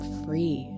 free